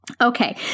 Okay